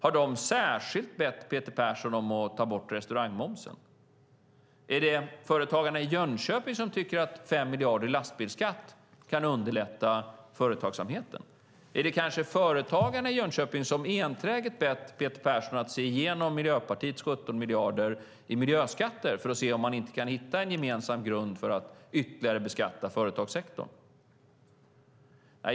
Har de särskilt bett Peter Persson om att ta bort restaurangmomsen? Är det företagarna i Jönköping som tycker att 5 miljarder i lastbilsskatt kan underlätta företagsamheten? Är det kanske företagarna i Jönköping som enträget bett Peter Persson att titta på Miljöpartiets 17 miljarder i miljöskatter för att se om det går att hitta en gemensam grund för att ytterligare beskatta företagssektorn?